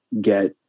get